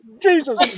Jesus